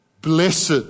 Blessed